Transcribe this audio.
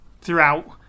throughout